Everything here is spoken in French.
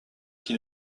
qui